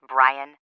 Brian